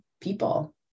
people